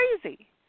crazy